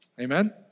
Amen